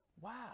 Wow